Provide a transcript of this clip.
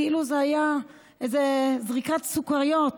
כאילו זה איזו זריקת סוכריות